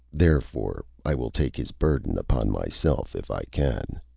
therefore, i will take his burden upon myself, if i can.